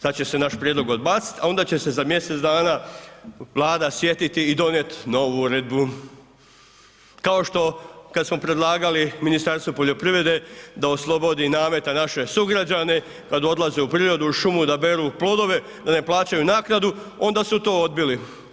Sada će se naš prijedlog odbaciti, a onda će se za mjesec dana Vlada sjetiti i donijeti novu uredbu kao što kada smo predlagali Ministarstvu poljoprivrede da oslobodi nameta naše sugrađane kada odlaze u prirodu, u šumu da beru plodove da ne plaćaju naknadu, onda su to odbili.